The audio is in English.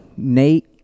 Nate